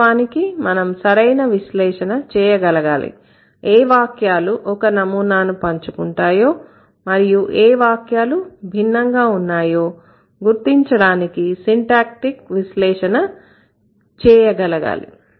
వాస్తవానికి మనం సరైన విశ్లేషణ చేయగలగాలి ఏ వాక్యాలు ఒక నమూనాను పంచుకుంటాయో మరియు ఏ వాక్యాలు భిన్నంగా ఉన్నాయో గుర్తించడానికి సిన్టాక్టీక్ విశ్లేషణ చేయగలగాలి